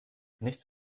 nichts